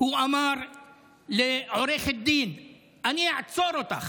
הוא אמר לעורכת דין: אני אעצור אותך.